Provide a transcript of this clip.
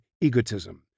egotism